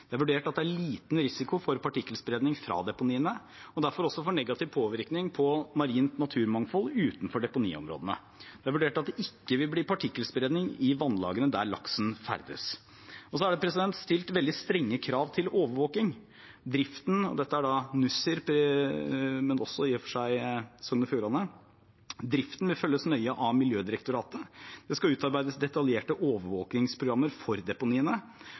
Det er vurdert at det er liten risiko for partikkelspredning fra deponiene, og derfor også for negativ påvirkning på marint naturmangfold utenfor deponiområdene. Det er vurdert at det ikke vil bli partikkelspredning i vannlagene der laksen ferdes. Det er stilt veldig strenge krav til overvåking – dette gjelder Nussir, men i og for seg også Sogn og Fjordane. Driften vil følges nøye av Miljødirektoratet. Det skal utarbeides detaljerte overvåkingsprogrammer for deponiene.